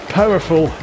powerful